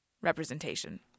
representation